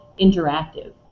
interactive